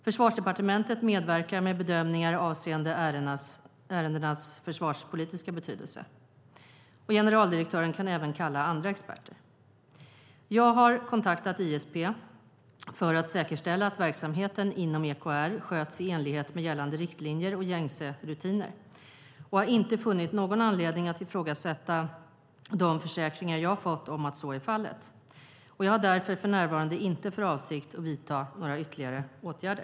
Försvarsdepartementet medverkar med bedömningar avseende ärendenas försvarspolitiska betydelse. Generaldirektören kan även kalla andra experter. Jag har kontaktat ISP för att säkerställa att verksamheten inom EKR sköts i enlighet med gällande riktlinjer och gängse rutiner, och jag har inte funnit någon anledning att ifrågasätta de försäkringar jag fått om att så är fallet. Jag har därför för närvarande inte för avsikt att vidta några ytterligare åtgärder.